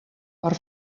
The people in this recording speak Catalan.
per